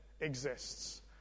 exists